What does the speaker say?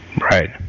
Right